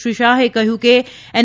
શ્રી શાહે કહ્યું કે એન